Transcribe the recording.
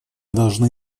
должны